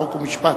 חוק ומשפט.